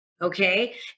okay